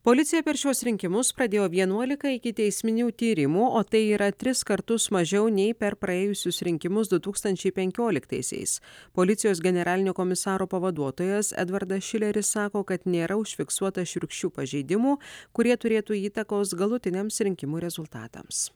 policija per šiuos rinkimus pradėjo vienuolika ikiteisminių tyrimų o tai yra tris kartus mažiau nei per praėjusius rinkimus du tūkstančiai penkioliktaisiais policijos generalinio komisaro pavaduotojas edvardas šileris sako kad nėra užfiksuota šiurkščių pažeidimų kurie turėtų įtakos galutiniams rinkimų rezultatams